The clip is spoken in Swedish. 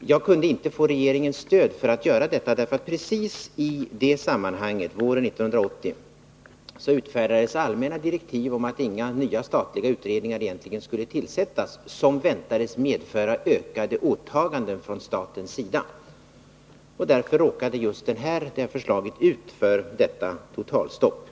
Jag kunde inte få regeringens stöd för att göra detta, därför att det precis i det sammanhanget våren 1980 utfärdades allmänna direktiv om att egentligen inga nya statliga utredningar skulle tillsättas som väntades medföra ökade åtaganden från statens sida. Därför råkade just det här förslaget ut för detta totalstopp.